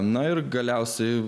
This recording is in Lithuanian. na ir galiausiai